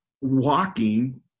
walking